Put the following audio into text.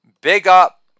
big-up